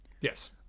Yes